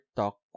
talk